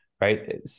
right